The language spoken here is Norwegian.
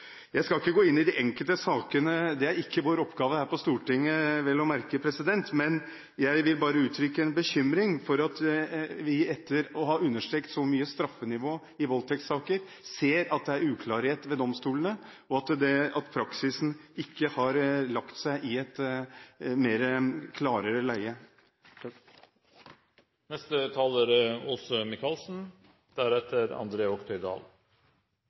Jeg skal ikke gå inn i de enkelte sakene, det er vel å merke ikke vår oppgave her på Stortinget, men jeg vil bare uttrykke en bekymring for at vi, etter å ha understreket straffenivået i voldtektssaker så mye, ser at det er uklarheter ved domstolene, og at praksisen ikke har lagt seg i et klarere leie.